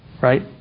Right